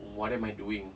what am I doing